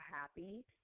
happy